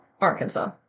Arkansas